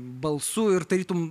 balsu ir tarytum